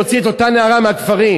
להוציא את אותה נערה מהכפרים.